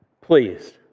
Please